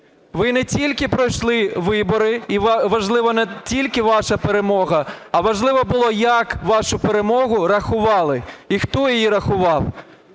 Ви не тільки пройшли вибори і важлива не тільки ваша перемога, а важливо було, як вашу перемогу рахували, і хто її рахував.